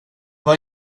var